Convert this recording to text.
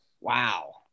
Wow